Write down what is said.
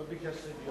לא בגלל שאני,